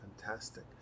Fantastic